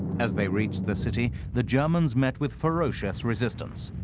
as they reached the city, the germans met with ferocious resistance.